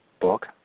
book